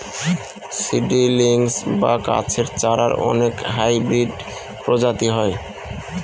seedlings বা গাছের চারার অনেক হাইব্রিড প্রজাতি হয়